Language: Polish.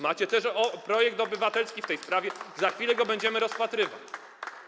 Macie też projekt obywatelski w tej sprawie, za chwilę będziemy go rozpatrywać.